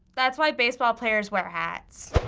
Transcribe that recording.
that's why baseball players wear hats.